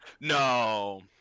no